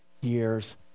years